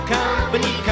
company